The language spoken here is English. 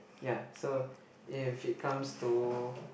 ya so if it comes to